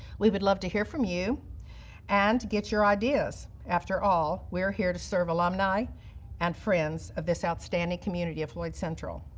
we would love to hear from you and get your ideas. after all, we're here to serve alumni and friends of this outstanding community of floyd central.